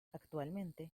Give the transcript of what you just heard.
actualmente